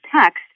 text